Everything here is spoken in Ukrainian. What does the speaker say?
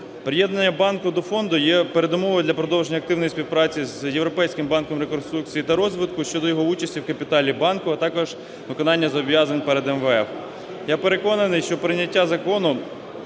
Приєднання банку до фонду є передумовою для продовження активної співпраці з Європейським банком реконструкції та розвитку щодо його участі в капіталі банку, а також виконання зобов'язань перед МВФ. Я переконаний, що прийняття закону